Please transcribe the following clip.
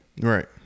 Right